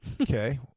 Okay